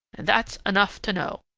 and that's enough to know.